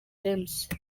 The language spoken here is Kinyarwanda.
james